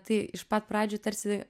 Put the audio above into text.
tai iš pat pradžių tarsi